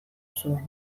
zuen